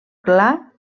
clar